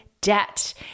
debt